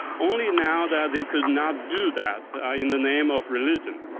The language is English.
only now that they could not do that in the name of religion.